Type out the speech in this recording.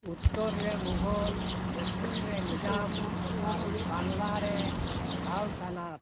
ᱩᱛᱛᱚᱨ ᱨᱮ ᱢᱩᱜᱷᱚᱞ ᱫᱚᱠᱷᱤᱱᱨᱮ ᱱᱤᱡᱟᱢ ᱟᱨ ᱵᱟᱝᱞᱟ ᱨᱮ ᱥᱟᱞᱛᱟᱱᱟᱛ